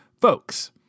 folks